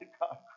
God